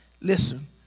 Listen